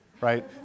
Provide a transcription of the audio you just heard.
right